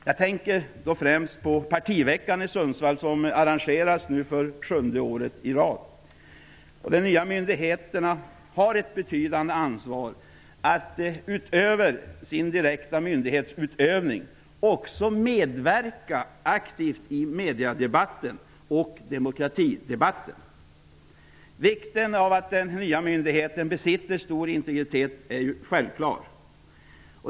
Jag tänker främst på partiveckan i Sundsvall som arrangeras för sjunde året i rad. De nya myndigheterna har ett betydande ansvar när det gäller att utöver sin direkta myndighetsutövning också medverka aktivt i mediedebatten och demokratidebatten. Vikten av att den nya myndigheten besitter stor integritet är självklar.